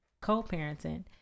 Co-parenting